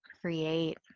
create